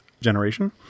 generation